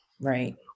right